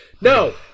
no